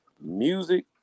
music